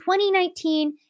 2019